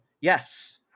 Yes